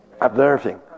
observing